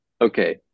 okay